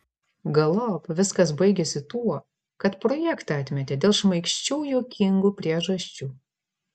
galop viskas baigėsi tuo kad projektą atmetė dėl šmaikščių juokingų priežasčių